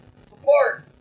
support